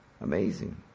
Amazing